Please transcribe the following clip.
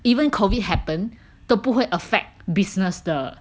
even COVID happen 都不会 affect business 的